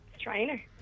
Trainer